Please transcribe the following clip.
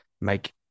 make